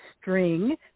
string